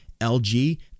LG